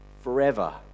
forever